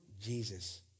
Jesus